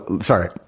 Sorry